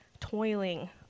toiling